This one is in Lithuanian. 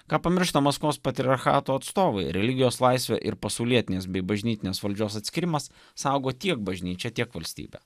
ką pamiršta maskvos patriarchato atstovai religijos laisvę ir pasaulietinės bei bažnytinės valdžios atskyrimas saugo tiek bažnyčia tiek valstybė